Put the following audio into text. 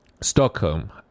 Stockholm